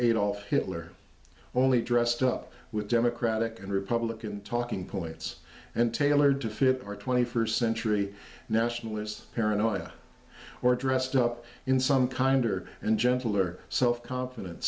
adolf hitler only dressed up with democratic and republican talking points and tailored to fit or twenty first century nationalist paranoia or dressed up in some kinder and gentler self confiden